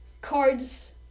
cards